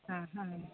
ആ ഹാ